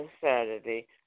Saturday